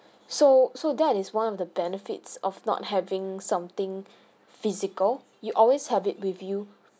so so that is one of the benefits of not having something physical you always have it with you